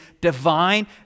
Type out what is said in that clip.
divine